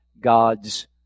God's